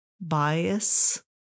bias